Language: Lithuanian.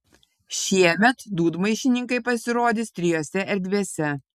šiemet dūdmaišininkai pasirodys trijose erdvėse